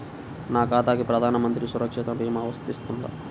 నా ఖాతాకి ప్రధాన మంత్రి సురక్ష భీమా వర్తిస్తుందా?